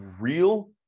real